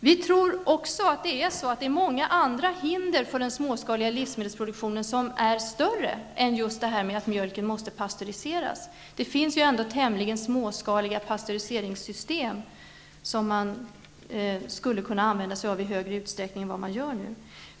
Vi tror också att många andra hinder för den småskaliga livsmedelsproduktionen är större än kravet att mjölken skall pastöriseras. Det finns ju ändå tämligen småskaliga pastöriseringssystem, som man skulle kunna använda i större utsträckning än vad man gör nu.